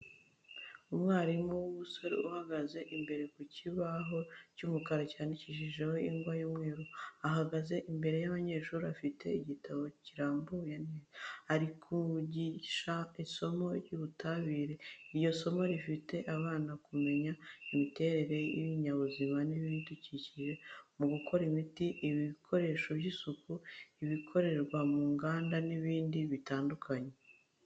Umwarimu w'umusore uhagaze imbere ku kibaho cy'umukara cyandikishijeho ingwa y'umweru, ahagaze imbere y'abanyeshuri afite igitabo kirambuye ku meza. Ari kubigisha isomo ry'ubutabire. Iryo somo rifasha abana kumenya imiterere y’ibinyabuzima n’ibidukikije mu gukora imiti, ibikoresho by'isuku, ibikorerwa mu nganda n'ibindi bitandukanye.